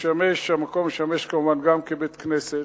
המקום משמש, כמובן, גם כבית-כנסת,